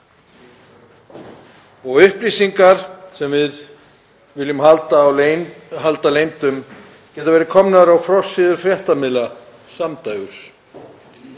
Og upplýsingar sem við viljum halda leyndum geta verið komnar á forsíðu fréttamiðla samdægurs.